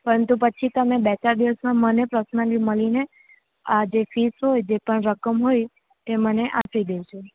પરંતુ પછી તમે બે ચાર દિવસમાં મને પ્રસનલી મળીને આ જે ફીસ હોય જે પણ રકમ હોય તે મને આપી દેજો